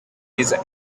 music